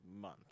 month